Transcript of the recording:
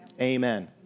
Amen